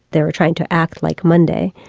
they were trying to act like monday,